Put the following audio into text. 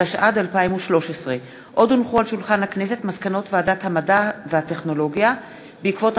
התשע"ד 2013. מסקנות ועדת המדע והטכנולוגיה בעקבות